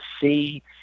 see